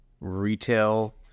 retail